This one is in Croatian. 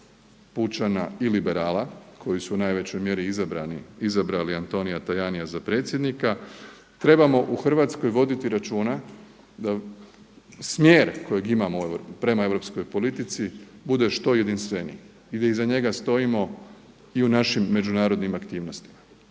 pučana i liberala koji su u najvećoj mjeri izabrali Antonia Tajanija za predsjednika trebamo u Hrvatskoj voditi računa da smjer kojeg imamo prema europskoj politici bude što jedinstveniji i da iza njega stojimo i u našim međunarodnim aktivnostima.